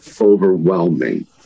overwhelming